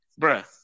bruh